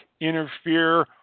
interfere